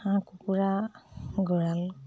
হাঁহ কুকুৰা গঁৰাল